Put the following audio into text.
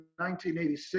1986